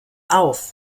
auf